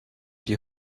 die